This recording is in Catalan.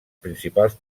principals